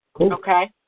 Okay